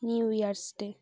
new year's day